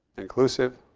inclusive.